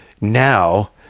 Now